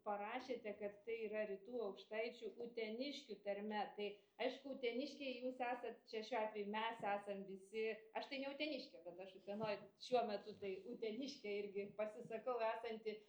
parašėte kad tai yra rytų aukštaičių uteniškių tarme tai aišku uteniškiai jūs esat čia šiuo atveju mes esam visi aš tai ne uteniškė bet aš utenoj šiuo metu tai uteniškė irgi pasisakau esanti